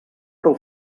prou